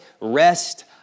rest